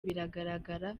biragaragara